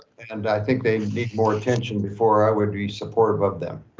and i think they need more attention before i would be supportive of them.